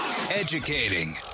Educating